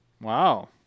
Wow